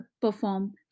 perform